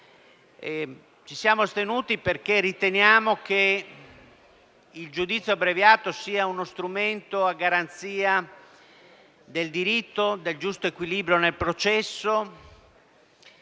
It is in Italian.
Camera, in quanto riteniamo che il giudizio abbreviato sia uno strumento a garanzia del diritto, del giusto equilibrio nel processo